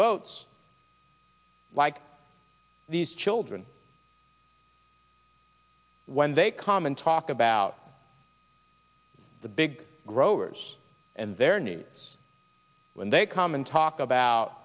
votes like these children when they come and talk about the big growers and their needs when they come and talk about